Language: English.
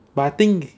but I think